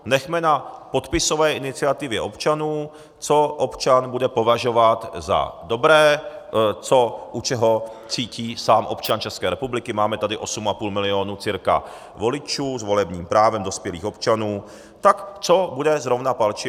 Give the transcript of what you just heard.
Nechme na podpisové iniciativě občanů, co občan bude považovat za dobré, u čeho cítí sám občan České republiky máme tady cca 8,5 milionu voličů s volebním právem, dospělých občanů tak co bude zrovna palčivé.